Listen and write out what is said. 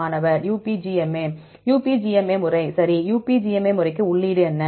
மாணவர்UPGMA UPGMA முறை சரி UPGMA முறைக்கு உள்ளீடு என்ன